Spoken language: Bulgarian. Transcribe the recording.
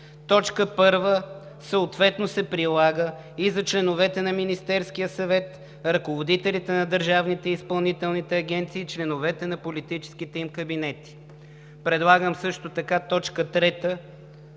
Точка първа съответно се прилага и за членовете на Министерския съвет, ръководителите на държавните и изпълнителните агенции и членовете на политическите им кабинети.“ Предлагам също така точка трета